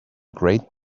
great